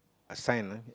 a sign ah